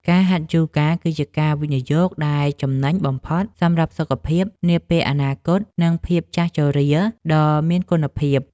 ការហាត់យូហ្គា គឺជាការវិនិយោគដែលចំណេញបំផុតសម្រាប់សុខភាពនាពេលអនាគត និងភាពចាស់ជរាដ៏មានគុណភាព។